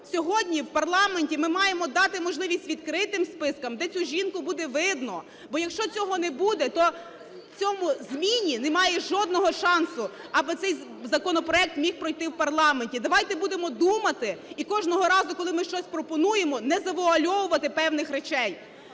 сьогодні в парламенті ми маємо дати можливість відкритим спискам, де цю жінку буде видно, бо якщо цього не буде, то в цій зміні немає жодного шансу, аби цей законопроект міг пройти в парламенті. Давайте будемо думати, і кожного разу, коли ми щось пропонуємо, не завуальовувати певних речей.